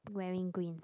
wearing green